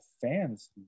fans